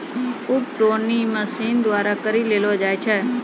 उप पटौनी मशीन द्वारा भी करी लेलो जाय छै